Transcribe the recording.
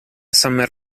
summer